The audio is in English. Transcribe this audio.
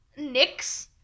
NYX